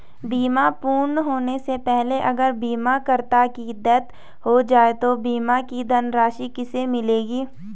बीमा पूर्ण होने से पहले अगर बीमा करता की डेथ हो जाए तो बीमा की धनराशि किसे मिलेगी?